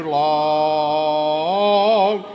long